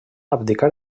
abdicar